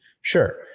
sure